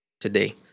today